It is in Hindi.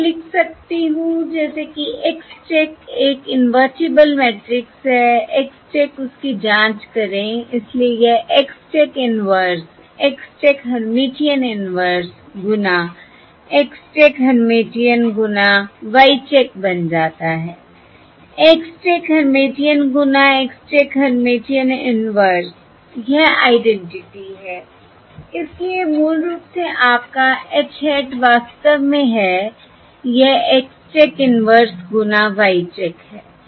मैं इसे लिख सकती हूं जैसे कि X चेक एक इन्वर्टिबल मैट्रिक्स है X चेक उसकी जांच करें इसलिए यह X check inverse X check Hermitian inverse गुना X चेक हेर्मिटियन गुना Y चेक बन जाता है X चेक हेर्मिटियन गुना X चेक हेर्मिटियन इनवर्स यह आइडेंटीटी है इसलिए यह मूल रूप से आपका H hat वास्तव में है यह X चेक इनवर्स गुना Y चेक है